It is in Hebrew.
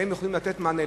כי הם יכולים לתת מענה.